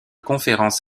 conférences